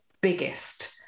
biggest